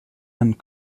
and